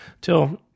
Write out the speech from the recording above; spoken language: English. till